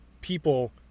people